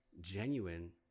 genuine